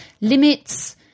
limits